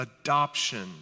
adoption